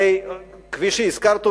הרי כפי שהזכרת,